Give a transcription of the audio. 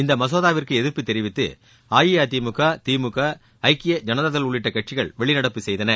இந்த மசோதாவிற்கு எதிர்ப்பு தெரிவித்து அஇஅதிமுக திமுக ஐக்கிய ஜனதாதள் உள்ளிட்ட கட்சிகள் வெளிநடப்பு செய்தன